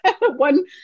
one